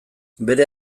bere